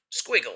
Squiggle